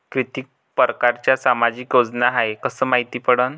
कितीक परकारच्या सामाजिक योजना हाय कस मायती पडन?